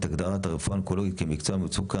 הגדרת הרפואה האונקולוגית כמקצוע במצוקה,